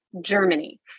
germany